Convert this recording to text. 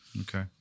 okay